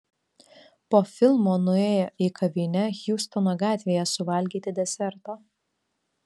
po filmo nuėjo į kavinę hjustono gatvėje suvalgyti deserto